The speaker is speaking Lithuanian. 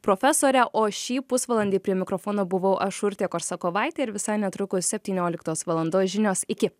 profesore o šį pusvalandį prie mikrofono buvau aš urtė korsakovaitė ir visai netrukus septynioliktos valandos žinios iki